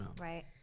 Right